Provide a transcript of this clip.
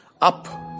Up